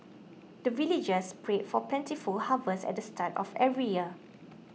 the villagers pray for plentiful harvest at the start of every year